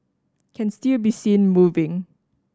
can still be seen moving